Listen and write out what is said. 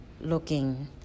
looking